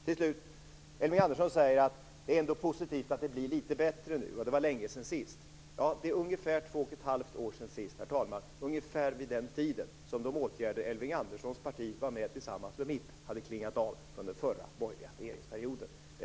Till slut säger Elving Andersson att det ändå är positivt att det blir litet bättre nu och det var länge sedan sist. Ja, det är ungefär 2 1⁄2 år sedan sist, herr talman. Det var ungefär vid den tiden som de åtgärder Elving Anderssons parti vidtog tillsammans med mitt hade klingat av från den förra borgerliga regeringsperioden.